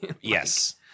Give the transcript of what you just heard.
Yes